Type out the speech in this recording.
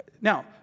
Now